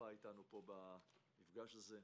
שותפה אתנו במפגש הזה.